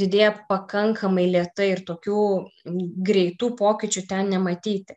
didėja pakankamai lėtai ir tokių greitų pokyčių ten nematyti